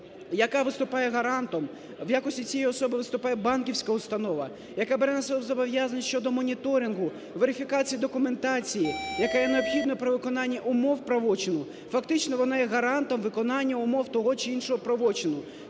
яка виступає гарантом, в якості цієї установи виступає банківська установа, яка бере на себе зобов'язання щодо моніторингу, верифікації документації, яка є необхідною при виконанні умов правочину, фактично вона є гарантом виконання умов того чи іншого правочину.